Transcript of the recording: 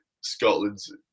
Scotland's